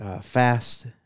Fast